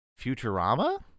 Futurama